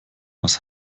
was